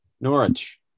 Norwich